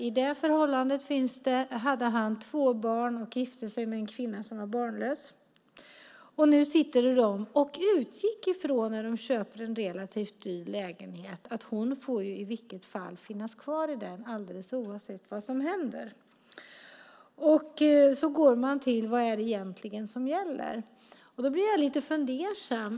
I det förhållandet hade han två barn och gifte sig med en kvinna som var barnlös. När de köpte en relativt dyr lägenhet utgick de ifrån att hon i vilket fall får finnas kvar i den alldeles oavsett vad som händer. Så funderar man på vad som egentligen gäller, och då blir jag lite fundersam.